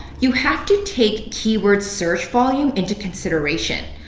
you have to take keyword search volume into consideration.